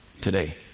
today